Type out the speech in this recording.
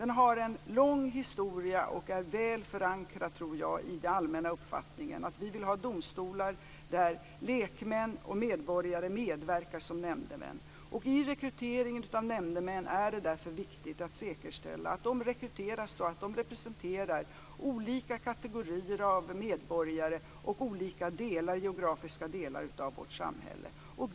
Den har en lång historia och är väl förankrad i den allmänna uppfattningen att vi vill ha domstolar där lekmän och medborgare medverkar som nämndemän. I rekryteringen av nämndemän är det därför viktigt att säkerställa att de rekryteras så att de representerar olika kategorier av medborgare och olika geografiska delar av vårt samhälle.